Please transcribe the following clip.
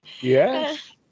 Yes